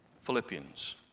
Philippians